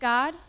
God